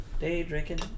Day-drinking